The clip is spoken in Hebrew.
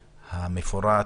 המפורט,